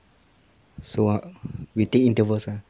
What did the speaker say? so what we take intervals ah